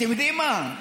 אתם יודעים מה?